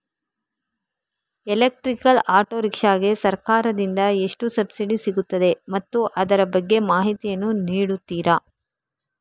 Electrical auto rickshaw ಗೆ ಸರ್ಕಾರ ದಿಂದ ಎಷ್ಟು ಸಬ್ಸಿಡಿ ಸಿಗುತ್ತದೆ ಮತ್ತು ಅದರ ಬಗ್ಗೆ ಮಾಹಿತಿ ಯನ್ನು ನೀಡುತೀರಾ?